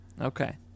Okay